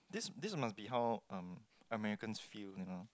this this must be how um Americans feel you know